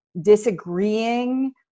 disagreeing